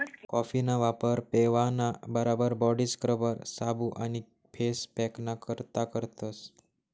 कॉफीना वापर पेवाना बराबर बॉडी स्क्रबर, साबू आणि फेस पॅकना करता करतस